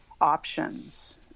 options